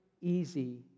easy